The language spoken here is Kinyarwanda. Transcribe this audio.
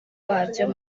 wabyo